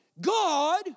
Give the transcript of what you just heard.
God